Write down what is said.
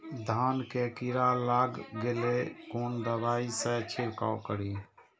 धान में कीरा लाग गेलेय कोन दवाई से छीरकाउ करी?